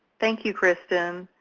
thank you, kristen.